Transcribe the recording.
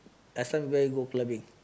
last time where you go clubbing